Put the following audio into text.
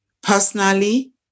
Personally